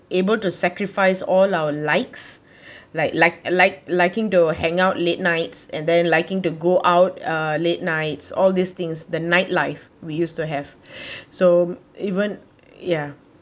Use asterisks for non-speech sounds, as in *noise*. able to sacrifice all our likes like like like liking door hangout late nights and then liking to go out uh late nights all these things the nightlife we used to have *breath* so even ya